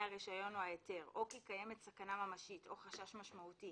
הרישיון או ההיתר או כי קיימת סכנה ממשית או חשש משמעותי